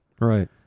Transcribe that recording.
right